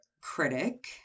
critic